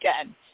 again